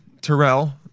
Terrell